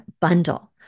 bundle